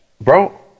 Bro